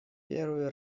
первый